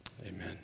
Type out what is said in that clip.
Amen